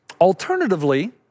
alternatively